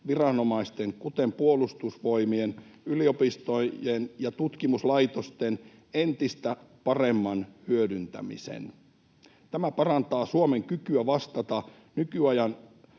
viranomaisten, kuten Puolustusvoimien, yliopistojen ja tutkimuslaitosten entistä paremman hyödyntämisen. Tämä parantaa Suomen kykyä vastata nykyajan